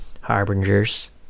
harbingers